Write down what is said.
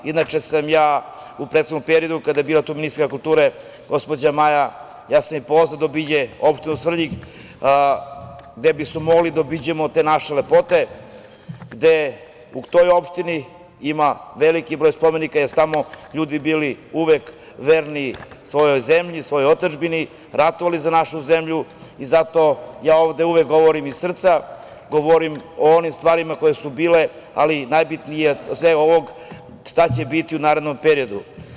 Inače, ja sam u prethodnom periodu kada je bila tu ministarka kulture, gospođa Maja, ja sam je pozvao da obiđe opštinu Svrljig, gde bismo mogli da obiđemo te naše lepote, gde u toj opštini ima veliki broj spomenika, jer su tamo ljudi bili uvek verni svojoj zemlji, svojoj otadžbini, ratovali za našu zemlju i zato ja ovde uvek govorim iz srca, govorim o onim stvarima koje su bile, ali najbitnije sem ovog jeste šta će biti u narednom periodu.